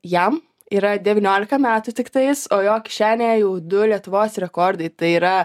jam yra devyniolika metų tiktais o jo kišenėje jau du lietuvos rekordai tai yra